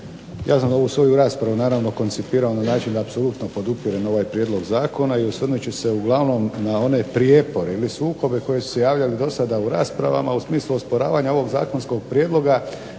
ja sam ovu svoju raspravu naravno koncipirao na način da apsolutno podupirem ovaj prijedlog zakona i osvrnut ću se uglavnom na one prijepore ili sukobe koji su se javljali dosada u raspravama u smislu osporavanja ovog zakonskog prijedloga